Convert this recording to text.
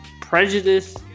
prejudice